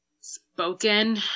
spoken